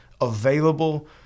available